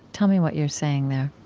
tell me what you're saying there?